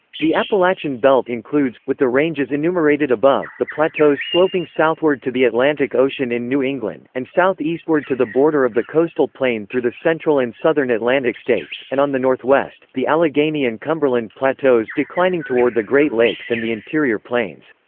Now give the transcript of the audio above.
the appalachian belt includes, with the ranges enumerated above, the plateaus sloping southward to the atlantic ocean in new england, and south-eastward to the border of the coastal plain through the central and southern atlantic states and on the north-west, the allegheny and cumberland plateaus declining toward the great lakes and the interior plains.